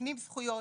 מקנים זכויות,